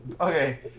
Okay